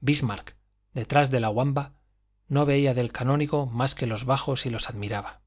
bismarck detrás de la wamba no veía del canónigo más que los bajos y los admiraba